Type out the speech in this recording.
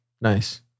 Nice